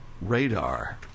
radar